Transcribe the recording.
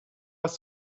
was